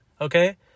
Okay